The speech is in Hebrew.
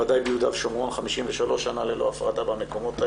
בוודאי ביהודה ושומרון 53 שנה ללא הפרדה במקומות האלה,